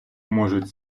можуть